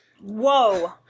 Whoa